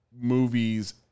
movies